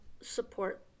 support